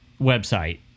website